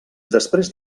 després